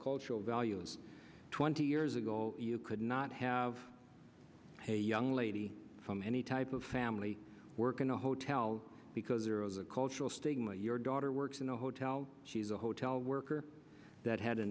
cultural values twenty years ago you could not have a young lady from any type of family work in a hotel because there is a cultural stigma your daughter works in a hotel she's a hotel worker that had a